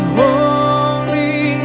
holy